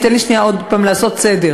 תן לי שנייה עוד פעם לעשות סדר.